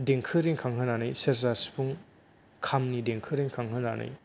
दें रिंखांहोनानै सेरजा सिफुं खामनि देंखो रिंखां होनानै